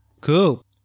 cool